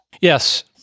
Yes